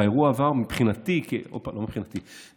והוא עבר מבחינת המשטרה,